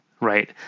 right